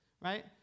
right